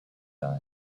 die